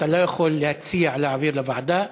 אתה לא יכול להציע להעביר לוועדה.